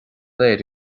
léir